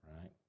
right